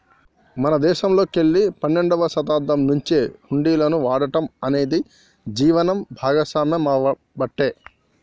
మన దేశంలోకెల్లి పన్నెండవ శతాబ్దం నుంచే హుండీలను వాడటం అనేది జీవనం భాగామవ్వబట్టే